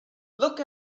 look